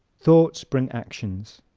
thoughts bring actions